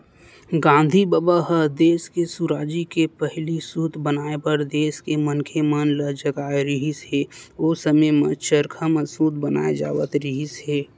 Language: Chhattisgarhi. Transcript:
गांधी बबा ह देस के सुराजी के पहिली सूत बनाए बर देस के मनखे मन ल जगाए रिहिस हे, ओ समे म चरखा म सूत बनाए जावत रिहिस हे